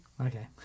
Okay